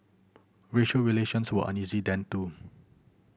racial relations were uneasy then too